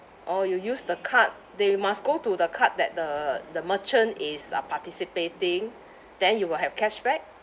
orh you use the card then you must go to the card that the the merchant is uh participating then you will have cashback